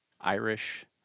Irish